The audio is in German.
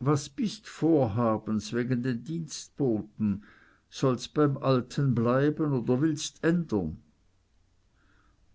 was bist vorhabens wegen den dienstboten solls beim alten bleiben oder willst ändern